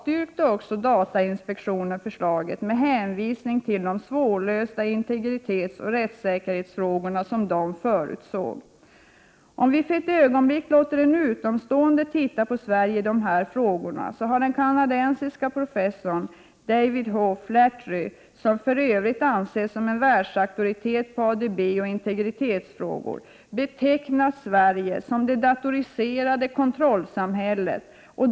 tionen förslaget med hänvisning till de svårlösta integritetsoch rättssäkerhetsfrågor som den förutsåg. Om vi för ett ögonblick låter en utomstående titta på Sverige i dessa frågor kan jag nämna att den kanadensiske professorn David H. Flaherty, som för Övrigt anses som en världsauktoritet på ADB och integritetsfrågor, betecknat Sverige som det datoriserade kontrollsamhället.